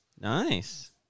Nice